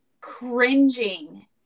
cringing